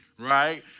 Right